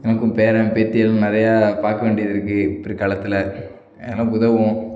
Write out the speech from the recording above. எனக்கும் பேரன் பேத்திகள் நிறையா பார்க்க வேண்டியது இருக்குது பிற்காலத்தில் எனக்கு உதவும்